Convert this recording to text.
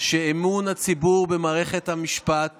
שאמון הציבור במערכת המשפט